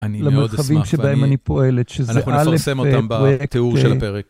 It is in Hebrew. אני מאוד אשמח. למרחבים שבהם אני פועלת, שזה א׳. אנחנו נפרסם אותם בתיאור של הפרק.